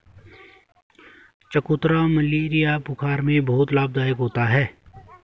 चकोतरा मलेरिया बुखार में बहुत लाभदायक होता है